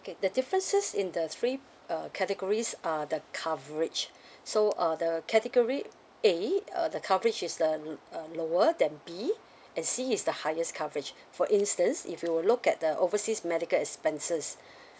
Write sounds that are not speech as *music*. okay the differences in the three uh categories are the coverage *breath* so uh the category A uh the coverage is the uh lower than B and C is the highest coverage for instance if you were look at the overseas medical expenses *breath*